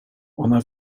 ona